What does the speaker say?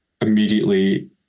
immediately